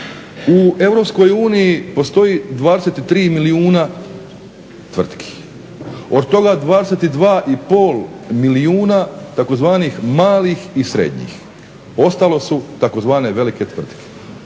uniji postoji 23 milijuna tvrtki. Od toga 22,5 milijuna tzv. malih i srednjih, ostalo su tzv. velike tvrtke.